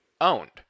owned